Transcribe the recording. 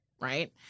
right